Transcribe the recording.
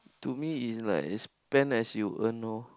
to me it's like is spend as you earn orh